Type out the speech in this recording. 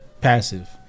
passive